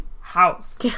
house